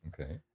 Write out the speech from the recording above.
Okay